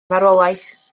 farwolaeth